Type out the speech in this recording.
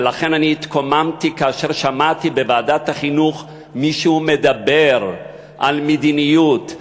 ולכן אני התקוממתי כאשר שמעתי בוועדת החינוך מישהו מדבר על מדיניות,